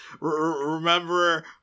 remember